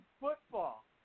football